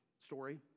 story